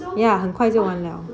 ya 很快就完了